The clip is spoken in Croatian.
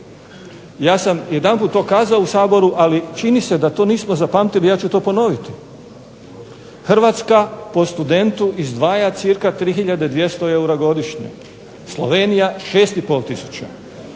Ja sam jedanput to kazao u Saboru, ali čini se da to nismo zapamtili, ja ću to ponoviti. Hrvatska po studentu izdvaja cirka 3 hiljade 200 eura godišnje, Slovenija 6 i